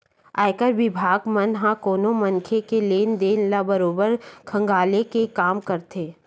आयकर बिभाग मन ह कोनो मनखे के लेन देन ल बरोबर खंघाले के काम करथे